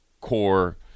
core